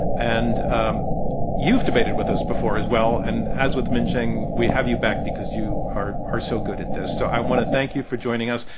and um you've debated with us before, as well. and, as with minxin, we have you back because you are are so good at this. so, i want to thank you for joining us.